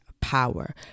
power